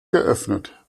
geöffnet